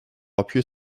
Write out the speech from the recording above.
appuyer